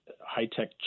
high-tech